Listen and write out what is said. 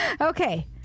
Okay